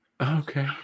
Okay